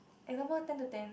example ten to ten